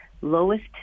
lowest